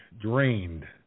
drained